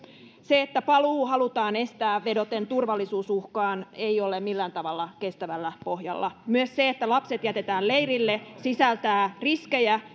se että paluu halutaan estää vedoten turvallisuusuhkaan ei ole millään tavalla kestävällä pohjalla myös se että lapset jätetään leirille sisältää riskejä